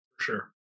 Sure